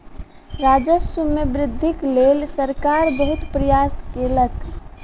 राजस्व मे वृद्धिक लेल सरकार बहुत प्रयास केलक